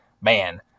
man